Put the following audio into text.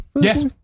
yes